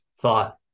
thought